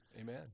Amen